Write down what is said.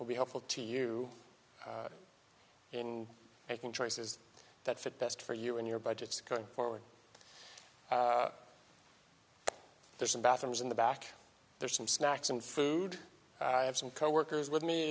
will be helpful to you in making choices that fit best for you and your budgets going forward there's a bathrooms in the back there's some snacks and food i have some coworkers with me